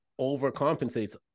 overcompensates